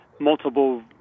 multiple